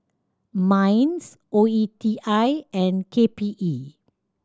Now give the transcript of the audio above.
MINDS O E T I and K P E